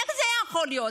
איך זה יכול להיות?